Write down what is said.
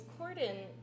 Corden